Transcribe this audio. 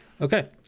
Okay